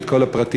יש את כל הפרטים.